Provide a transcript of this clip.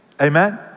Amen